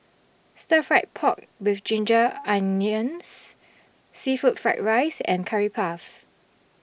Stir Fried Pork with Ginger Onions Seafood Fried Rice and Curry Puff